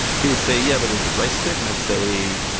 he would say, yeah, but is it rice stick? and i'd say,